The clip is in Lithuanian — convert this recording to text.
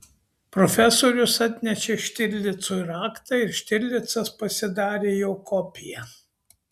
profesorius atnešė štirlicui raktą ir štirlicas pasidarė jo kopiją